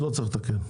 אז לא צריך לתקן.